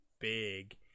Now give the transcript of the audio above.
big